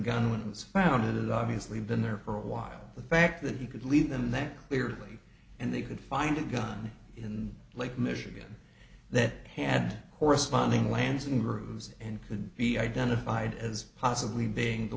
it was founded obviously been there for a while the fact that he could leave them that clearly and they could find a gun in lake michigan that had corresponding lancing rooms and could be identified as possibly being the